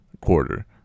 quarter